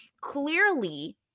Clearly